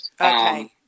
Okay